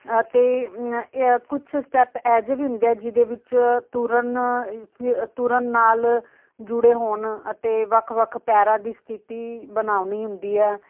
ਅਤੇ ਕੁਛ ਸਟੈਪ ਇਹੋ ਜਿਹੇ ਵੀ ਹੁੰਦੇ ਹੈ ਜਿਹਦੇ ਵਿੱਚ ਤੁਰਨ ਫਿ ਤੁਰਨ ਨਾਲ ਜੁੜੇ ਹੋਣ ਅਤੇ ਵੱਖ ਵੱਖ ਪੈਰਾਂ ਦੀ ਸਥਿਤੀ ਬਣਾਉਣੀ ਹੁੰਦੀ ਹੈ